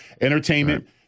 Entertainment